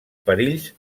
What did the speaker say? perills